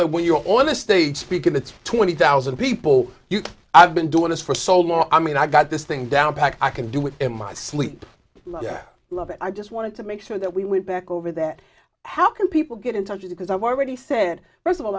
that when you're on a stage speaking it's twenty thousand people you have been doing this for so long i mean i've got this thing down pat i can do it in my sleep i love it i just want to make sure that we went back over that how can people get in touch because i was ready said first of all